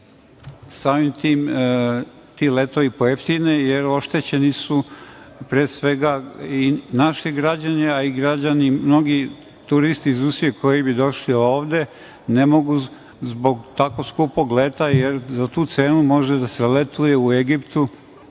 da ti letovi pojeftine, jer oštećeni su pre svega i naši građani, a i mnogi turisti iz Rusije koji bi došli ovde, ne mogu zbog tako skupog leta, jer za tu cenu može da se letuje u Egiptu